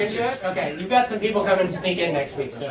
it? ok. you've got some people coming sneak in next week. yeah